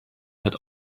had